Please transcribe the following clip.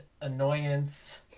annoyance